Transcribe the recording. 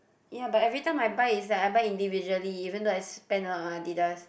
ya but every time I buy is like I buy individually even though I spend a lot on Adidas